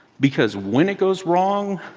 because when it goes wrong,